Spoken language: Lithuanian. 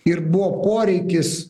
ir buvo poreikis